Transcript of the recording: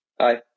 Hi